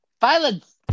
Violence